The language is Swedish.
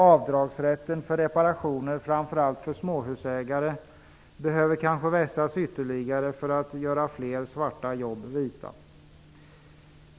Avdragsrätten för reparationer, framför allt för småhusägare, behöver kanske vässas ytterligare i syfte att göra fler svarta jobb vita.